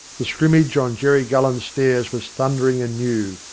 the scrimmage on jerry gullen's stairs was thundering anew,